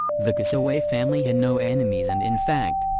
the cassaway family had no enemies and in fact,